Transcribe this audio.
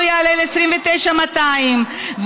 לא יעלה על 29,200 שקלים חדשים.